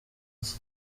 iki